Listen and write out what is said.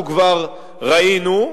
אנחנו כבר ראינו.